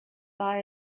far